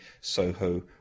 SOHO